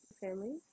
family